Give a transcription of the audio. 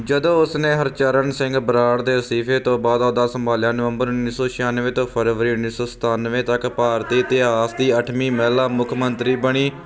ਜਦੋਂ ਉਸਨੇ ਹਰਚਰਨ ਸਿੰਘ ਬਰਾੜ ਦੇ ਅਸਤੀਫੇ ਤੋਂ ਬਾਅਦ ਅਹੁਦਾ ਸੰਭਾਲਿਆ ਨਵੰਬਰ ਉੱਨੀ ਸੋ ਛਿਆਨਵੇਂ ਤੋਂ ਫਰਵਰੀ ਉੱਨੀ ਸੋ ਸਤਾਨਵੇਂ ਤੱਕ ਭਾਰਤੀ ਇਤਿਹਾਸ ਦੀ ਅੱਠਵੀਂ ਮਹਿਲਾ ਮੁੱਖ ਮੰਤਰੀ ਬਣੀ